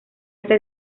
está